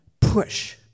push